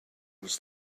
was